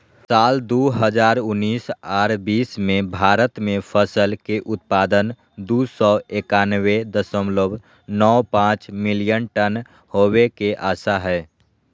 साल दू हजार उन्नीस आर बीस मे भारत मे फसल के उत्पादन दू सौ एकयानबे दशमलव नौ पांच मिलियन टन होवे के आशा हय